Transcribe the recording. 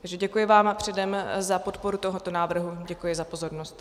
Takže děkuji vám předem za podporu toho návrhu, děkuji za pozornost.